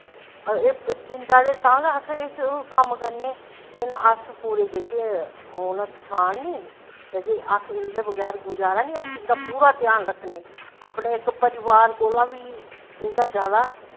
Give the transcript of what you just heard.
दिंदा ते तां गै अस कम्म करनें लेकिन अस जेह्के ओह् न नी किसान न नी अस इदै बगैर गुज़ारा नी अस इंदा पूरा ध्यान रक्खनें अपनें इक परिवार कोला दा बी इंदा जादा